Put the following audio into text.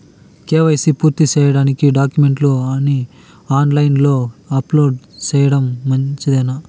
KYC పూర్తి సేయడానికి డాక్యుమెంట్లు ని ఆన్ లైను లో అప్లోడ్ సేయడం మంచిదేనా?